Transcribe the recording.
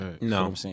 no